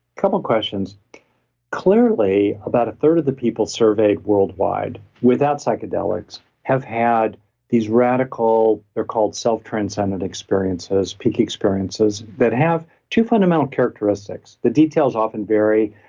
couple of questions clearly about a third of the people surveyed worldwide without psychedelics have had these radical they're called self-transcendence experiences, peak experiences that have two fundamental characteristics. the details often vary.